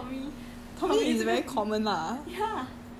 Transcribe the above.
他觉得 tommy